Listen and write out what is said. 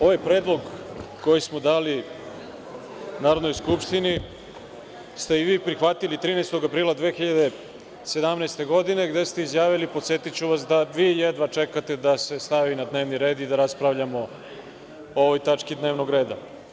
Ovaj predlog koji smo dali Narodnoj skupštini ste i vi prihvatili 13. aprila 2017. godine, gde se izjavili, podsetiću vas, da vi jedva čekate da se stavi na dnevni red i da raspravljamo o ovoj tački dnevnog reda.